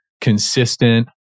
consistent